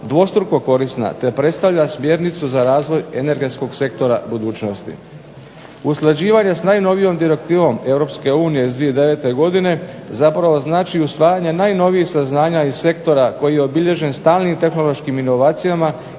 dvostruko korisna te predstavlja smjernicu za razvoj energetskog sektora budućnosti. Usklađivanje s najnovijom direktivom Europske unije iz 2009. godine zapravo znači usvajanje najnovijih saznanja iz sektora koji je obilježen stalnim tehnološkim inovacijama